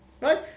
Right